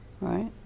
right